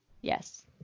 Yes